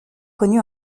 connu